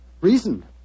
Reason